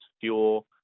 fuel